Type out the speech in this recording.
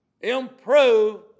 improve